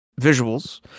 visuals